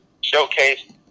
showcase